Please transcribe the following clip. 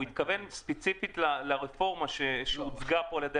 הוא התכוון ספציפית לרפורמה שהוצגה כאן על ידי